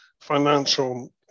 financial